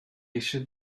eisiau